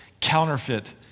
counterfeit